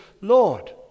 Lord